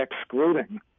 excluding